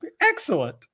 excellent